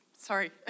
sorry